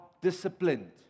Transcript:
disciplined